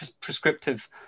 prescriptive